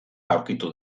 aurkitu